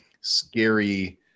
scary